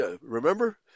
remember